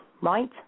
right